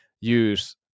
use